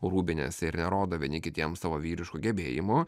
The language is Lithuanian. rūbinėse ir rodo vieni kitiems savo vyrišku gebėjimu